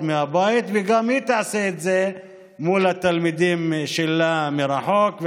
מהבית וגם היא תעשה את זה מול התלמידים שלה מרחוק.